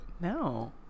No